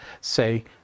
say